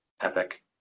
epic